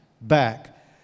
back